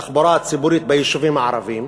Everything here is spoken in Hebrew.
בתחבורה הציבורית ביישובים הערביים,